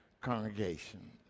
congregation